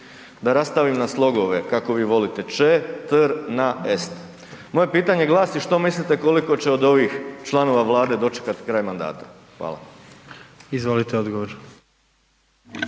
Da rastavim na slogove, kako vi volite, če-tr-na-est. Moje pitanje glasi, što mislite koliko će od ovih članova vlade dočekati kraj mandata? Hvala. **Jandroković,